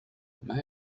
may